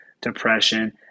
depression